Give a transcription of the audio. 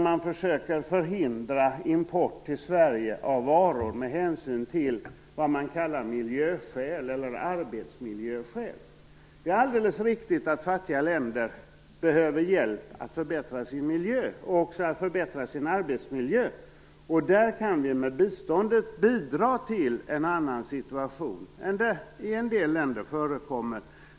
Man försöker förhindra import till Sverige av varor med hänsyn till vad man kallar miljöskäl eller arbetsmiljöskäl. Det är alldeles riktigt att fattiga länder behöver hjälp att förbättra både sin miljö och sin arbetsmiljö. Vi kan med biståndet bidra till en annan situation än den som förekommer i en del länder.